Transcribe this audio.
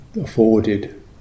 afforded